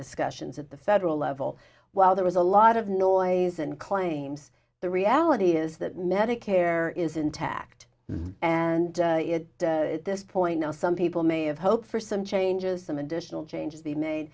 discussions at the federal level while there was a lot of noise and claims the reality is that medicare is intact and this point now some people may have hoped for some changes some additional changes be made